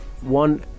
one